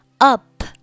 up